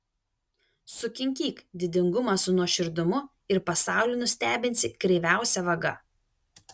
sukinkyk didingumą su nuoširdumu ir pasaulį nustebinsi kreiviausia vaga